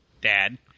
dad